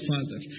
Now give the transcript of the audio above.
Father